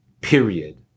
period